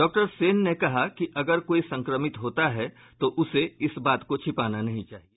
doctor Sen ने कहा कि अगर कोई संक्रमित होता है तो उसे इस बात को छिपाना नहीं चाहिए